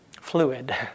fluid